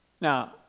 Now